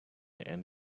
and